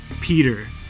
Peter